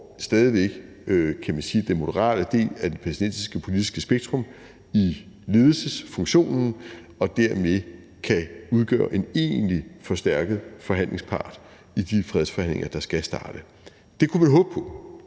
får, kan man sige, den moderate del af det palæstinensiske politiske spektrum i ledelsesfunktionen og dermed kan udgøre en egentlig forstærket forhandlingspart i de fredsforhandlinger, der skal starte. Vi kunne håbe på,